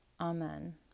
Amen